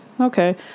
Okay